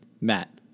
Matt